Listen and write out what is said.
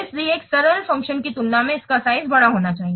इसलिए एक सरल फ़ंक्शन की तुलना में इसका साइज बड़ा होना चाहिए